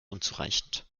unzureichend